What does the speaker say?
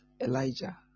Elijah